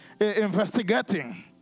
investigating